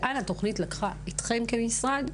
לאן התוכנית לקחה אתכם כמשרד,